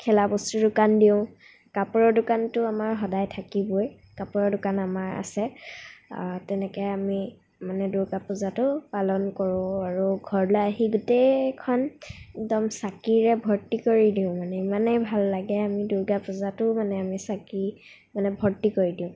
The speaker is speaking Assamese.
খেলা বস্তুৰ দোকান দিওঁ কাপোৰৰ দোকানটো আমাৰ সদায় থাকিবই কাপোৰৰ দোকান আমাৰ আছে তেনেকৈ আমি মানে দুৰ্গা পূজাটো পালন কৰোঁ আৰু ঘৰলৈ আহি গোটেইখন একদম চাকিৰে ভৰ্তি কৰি দিওঁ মানে ইমানেই ভাল লাগে আমি দুৰ্গা পূজাতো মানে আমি চাকি মানে ভৰ্তি কৰি দিওঁ